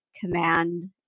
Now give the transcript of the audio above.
command